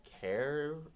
care